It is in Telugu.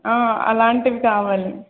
అలాంటివి కావాలి